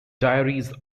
diaries